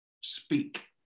speak